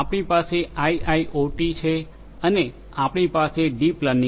આપણી પાસે આઇઆઇઓટી છે અને આપણી પાસે ડીપ લર્નિંગ છે